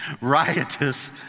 riotous